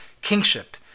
kingship